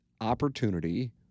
opportunity